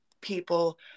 people